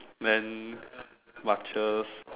then marchers